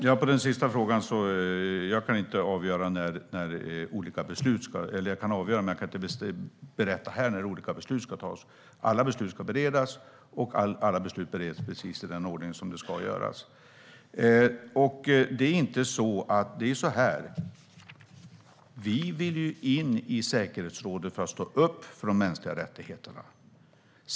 Fru talman! När det gäller den sista frågan kan jag inte här berätta när olika beslut ska tas. Alla beslut ska beredas, och alla beslut bereds i den ordning som de ska beredas. Vi vill in i säkerhetsrådet för att stå upp för de mänskliga rättigheterna.